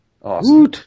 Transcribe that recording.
Awesome